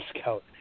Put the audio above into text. Scout